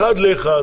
אחת לאחת,